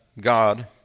God